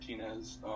Martinez